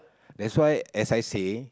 that's why as I say